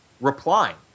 replying